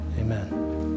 amen